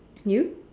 you